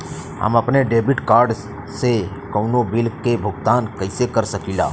हम अपने debit card से कउनो बिल के भुगतान कइसे कर सकीला?